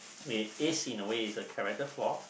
it is in a way is a character flaw